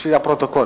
בשביל הפרוטוקול,